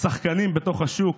שחקנים לתוך השוק.